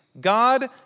God